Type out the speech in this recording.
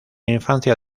infancia